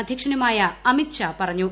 അധ്യക്ഷനുമായ അമിത് ഷാ പറഞ്ഞു